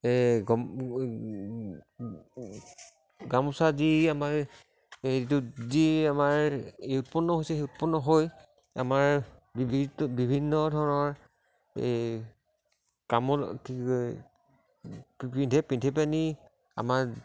এই গামোচা যি আমাৰ এইটো যি আমাৰ উৎপন্ন হৈছে সেই উৎপন্ন হৈ আমাৰ বিভিন্ন ধৰণৰ এই কামল এই পিন্ধে পিন্ধি পেনি আমাৰ